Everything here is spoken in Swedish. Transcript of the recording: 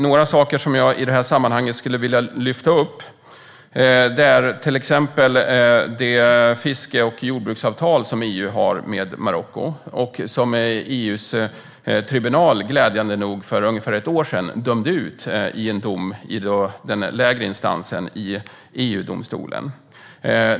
Några saker som jag i det här sammanhanget skulle vilja lyfta upp är till exempel det fiske och jordbruksavtal som EU har med Marocko och som EU:s tribunal glädjande nog för ungefär ett år sedan dömde ut i en dom i den lägre instansen i EU-domstolen.